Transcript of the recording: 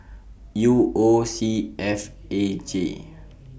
U O C F A J